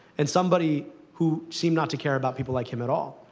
and somebody who seemed not to care about people like him at all.